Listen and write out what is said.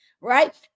Right